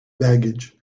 baggage